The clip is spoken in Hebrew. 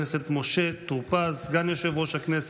הכנסת אריאל קלנר כי הוא חוזר בו מהצעת